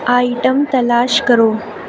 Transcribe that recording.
item تلاش کرو